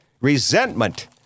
resentment